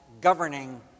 governing